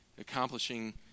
accomplishing